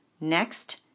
next